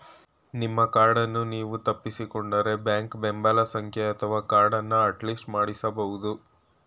ನಿಮ್ಮ ಕಾರ್ಡನ್ನು ನೀವು ತಪ್ಪಿಸಿಕೊಂಡ್ರೆ ಬ್ಯಾಂಕ್ ಬೆಂಬಲ ಸಂಖ್ಯೆ ಅಥವಾ ಕಾರ್ಡನ್ನ ಅಟ್ಲಿಸ್ಟ್ ಮಾಡಿಸಬಹುದು